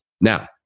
Now